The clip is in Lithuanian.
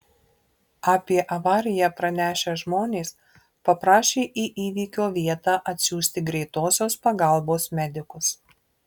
apie avariją pranešę žmonės paprašė į įvykio vietą atsiųsti greitosios pagalbos medikus